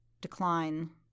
decline